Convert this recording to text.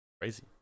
crazy